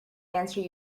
answer